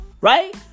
Right